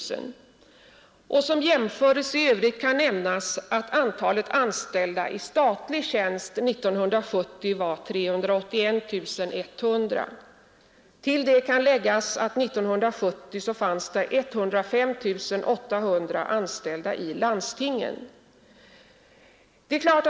Som jämförelse i övrigt kan nämnas att antalet anställda i statlig tjänst 1970 var 381 100. Till detta kan läggas att 1970 fanns 105 800 anställda i landstingen.